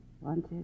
Wanted